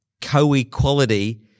co-equality